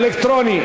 אלקטרוני.